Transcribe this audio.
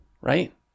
Right